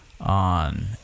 on